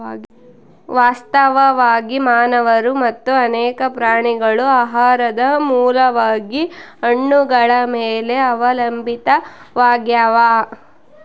ವಾಸ್ತವವಾಗಿ ಮಾನವರು ಮತ್ತು ಅನೇಕ ಪ್ರಾಣಿಗಳು ಆಹಾರದ ಮೂಲವಾಗಿ ಹಣ್ಣುಗಳ ಮೇಲೆ ಅವಲಂಬಿತಾವಾಗ್ಯಾವ